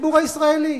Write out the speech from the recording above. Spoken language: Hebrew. בציבור הישראלי.